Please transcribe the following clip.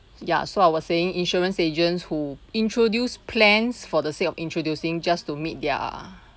ya so I was saying insurance agents who introduced plans for the sake of introducing just to meet their